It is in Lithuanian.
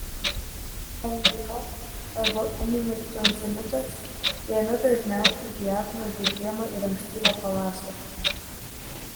angina arba ūminis tonzilitas viena dažniausių diagnozių žiemą ir ankstyvą pavasarį